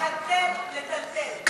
לפטר, להתל, לטלטל, סתם.